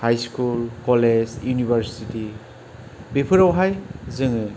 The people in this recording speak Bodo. हाई स्कुल कलेज इउनिभार्सिति बेफोरावहाय जोङो